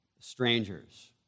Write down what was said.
strangers